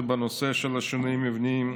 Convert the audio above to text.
זה בנושא של שינויים מבניים,